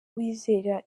wizera